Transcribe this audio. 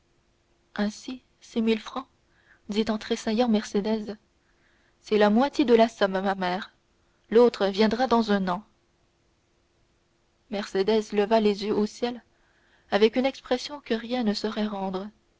ainsi ces mille francs dit en tressaillant mercédès c'est la moitié de la somme ma mère l'autre viendra dans un an mercédès leva les yeux au ciel avec une expression que rien ne saurait rendre